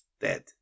dead